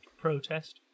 protest